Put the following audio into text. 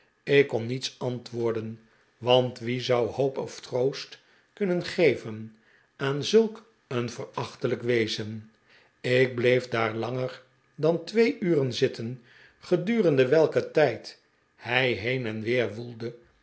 ik kon niets antwoorden want wie zou hoop of troost kunnen geven aan zulk een verachtelijk wezen ik bleef daar langer dan twee uur zitten gedurende welken tijd hij heen en weer woelde